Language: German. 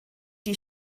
die